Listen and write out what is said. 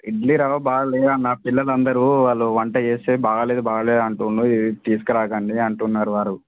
ఇడ్లీ రవ్వ బాగాలేదన్నా పిల్లలందరూ వాళ్ళు వంట చేస్తే బాగాలేదు బాగాలేదు అంటున్నాడు ఇది తీసుకురాకండి అంటున్నారు వారు